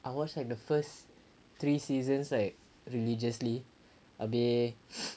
I watched like the first three seasons like religiously habis